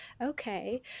Okay